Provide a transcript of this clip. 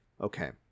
okay